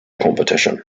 competition